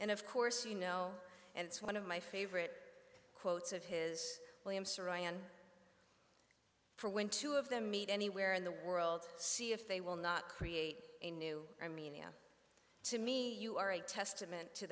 and of course you know and it's one of my favorite quotes of his william saroyan for when two of them meet anywhere in the world see if they will not create a new i mean to me you are a testament to